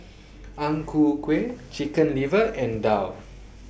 Ang Ku Kueh Chicken Liver and Daal